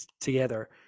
together